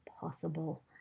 possible